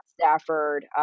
Stafford